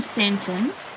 sentence